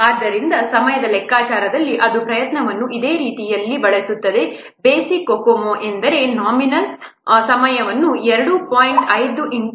ಅಭಿವೃದ್ಧಿಯ ಸಮಯದ ಲೆಕ್ಕಾಚಾರದಲ್ಲಿ ಅದು ಪ್ರಯತ್ನವನ್ನು ಅದೇ ರೀತಿಯಲ್ಲಿ ಬಳಸುತ್ತದೆ ಬೇಸಿಕ್ COCOMO ಅಂದರೆ ನಾಮಿನಲ್ ಅಭಿವೃದ್ಧಿ ಸಮಯ2